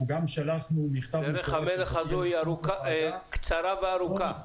אנחנו גם שלחנו מכתב --- דרך המלך הזאת היא קצרה וארוכה.